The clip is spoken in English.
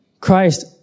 Christ